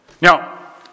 Now